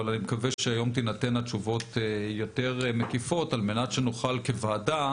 אבל אני מקווה שהיום תינתנה תשובות יותר מקיפות כדי שנוכל בוועדה